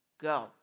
go